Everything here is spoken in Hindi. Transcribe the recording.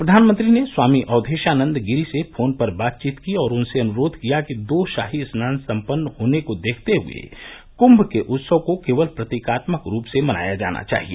प्रधानमंत्री ने स्वामी अवधेशानंद गिरी से फोन पर बातचीत की और उनसे अनुरोध किया कि दो शाही स्नान संपन्न होने को देखते हुए कुंभ के उत्सव को केवल प्रतीकात्मक रूप में मनाया जाना चाहिए